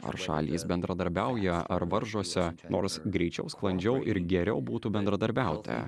ar šalys bendradarbiauja ar varžosi nors greičiau sklandžiau ir geriau būtų bendradarbiauti